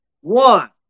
One